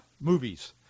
movies